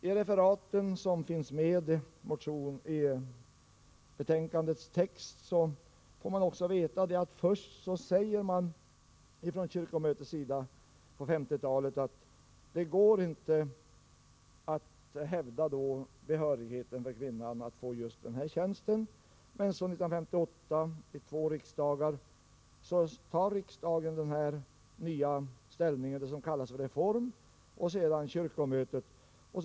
I referaten som finns i betänkandets text får man också veta följande: Först säger kyrkomötet, på 1950-talet, att det inte går att hävda behörigheten för kvinnan att få just den här tjänsten. Men 1958 års två riksdagar tar den nya ställning som kallas reform, och kyrkomötet följer efter.